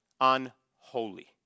unholy